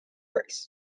works